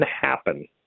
happen